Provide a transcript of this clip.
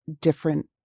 different